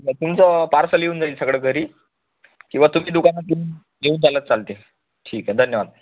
तुमचं पार्सल येऊन जाईल सगळं घरी किंवा तुम्ही दुकानात येऊन घेऊन चालले तर चालतंय ठीक आहे धन्यवाद